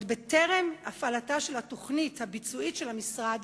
עוד בטרם הפעלתה של התוכנית הביצועית של המשרד,